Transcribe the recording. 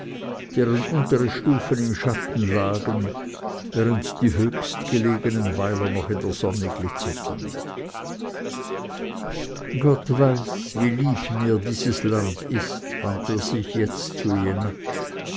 deren untere stufen im schatten lagen während die höchst gelegenen weiler noch in der sonne glitzerten gott weiß wie lieb mir dieses land ist wandte er sich jetzt zu